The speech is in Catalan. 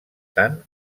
tant